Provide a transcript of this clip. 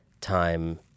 time